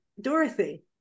Dorothy